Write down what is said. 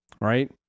right